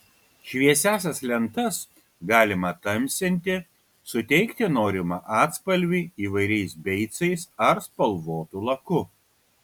šviesiąsias lentas galima tamsinti suteikti norimą atspalvį įvairiais beicais ar spalvotu laku